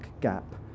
gap